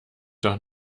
doch